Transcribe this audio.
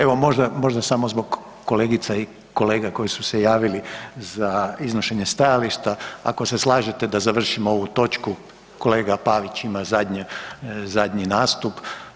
Evo možda samo zbog kolegica i kolega koji su se javili za iznošenje stajališta, ako se slažete da završimo ovu točku kolega Pavić ima zadnji nastup.